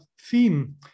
theme